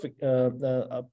perfect